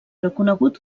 reconegut